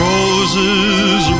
Roses